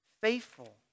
faithful